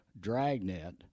dragnet